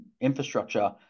infrastructure